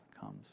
comes